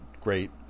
great